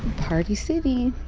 party city.